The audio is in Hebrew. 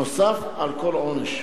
נוסף על כל עונש.